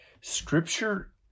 Scripture